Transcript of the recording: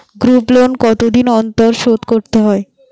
Group loan কতদিন অন্তর শোধকরতে হয়?